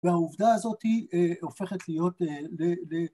‫והעובדה הזאתי אה, הופכת להיות, אה...